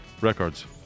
records